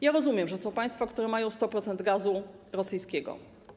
Ja rozumiem, że są państwa, które mają 100% gazu rosyjskiego.